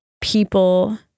people